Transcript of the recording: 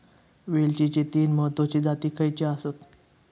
वेलचीचे तीन महत्वाचे जाती खयचे आसत?